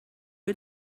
est